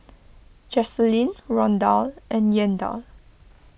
Jacalyn Rondal and Yandel